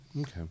Okay